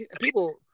People